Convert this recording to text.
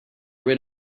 rid